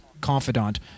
confidant